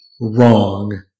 wrong